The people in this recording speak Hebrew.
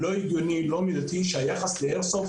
לא הגיוני ולא מידתי שהיחס לאיירסופט